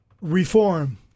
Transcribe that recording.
reform